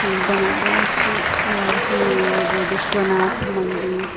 फिर बनारस वाराणसी में वह जो विश्वनाथ मन्दिर